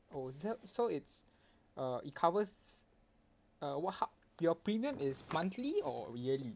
oh so so it's uh it covers uh wh~ ho~ your premium is monthly or yearly